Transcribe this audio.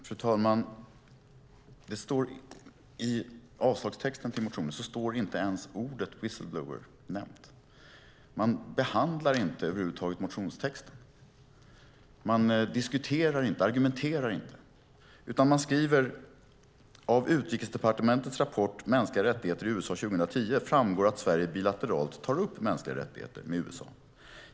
Fru talman! I avslagstexten till motionen är ordet "whistleblower" inte ens nämnt. Man behandlar över huvud taget inte motionstexten. Man diskuterar inte, argumenterar inte, utan man skriver: "Av Utrikesdepartementets rapport Mänskliga rättigheter i USA 2010 framgår att Sverige bilateralt tar upp mänskliga rättigheter med USA.